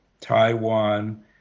Taiwan